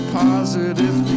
positive